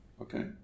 okay